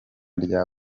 rya